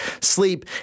sleep